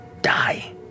die